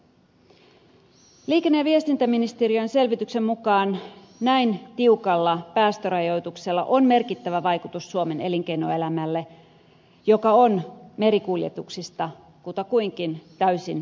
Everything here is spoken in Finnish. liikenne ja viestintäministeriön selvityksen mukaan näin tiukalla päästörajoituksella on merkittävä vaikutus suomen elinkeinoelämälle joka on merikuljetuksista kutakuinkin täysin riippuvainen